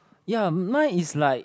ya mine is like